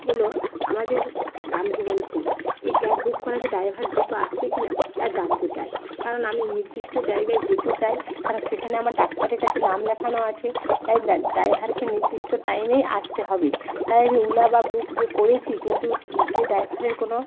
হলো আমাদের রামজীবনপুর এই ক্যাব বুক করা যে ড্রাইভার দ্রুত আসবে কি না তা জানতে চাই কারণ আমি নির্দিষ্ট জায়গায় যেতে চাই কারণ সেখানে আমার ডাক্তারের কাছে নাম লেখানো আছে তাই ড্রাইভারকে নির্দিষ্ট টাইমেই আসতে হবে তাই আমি ওলা বা বুক যে করেছি কিন্তু সে ড্রাইভারের কোনো